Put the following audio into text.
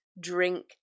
drink